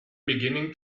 beginning